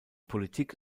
politik